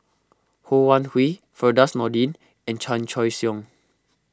Ho Wan Hui Firdaus Nordin and Chan Choy Siong